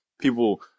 people